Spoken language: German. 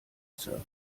server